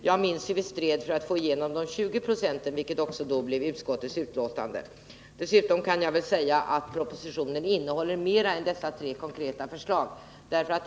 Jag minns hur vi stred för att få igenom de 20 procenten, vilket då blev utskottets förslag. Jag vill också tillägga att propositionen innehåller mera än dessa tre konkreta förslag.